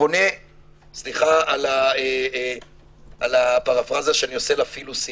סליחה על הפרפראזה שאני עושה ל"פילוסים"